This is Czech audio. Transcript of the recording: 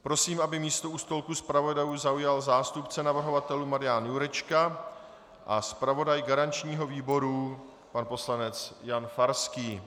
Prosím, aby místo u stolku zpravodajů zaujal zástupce navrhovatelů Marian Jurečka a zpravodaj garančního výboru pan poslanec Jan Farský.